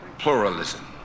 pluralism